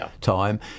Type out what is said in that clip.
time